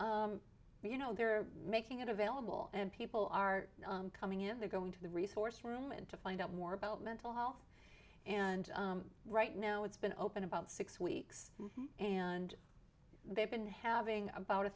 you know they're making it available and people are coming in they go into the resource room and to find out more about mental health and right now it's been open about six weeks and they've been having about a